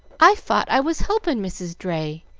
i fought i was helpin' mrs. dray,